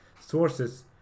Sources